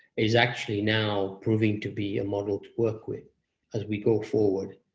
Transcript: is actually now proving to be a model to work with as we go forward